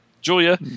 Julia